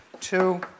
two